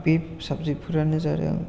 बे साबजेक्ट फ्रानो जादों